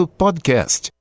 podcast